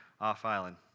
Off-Island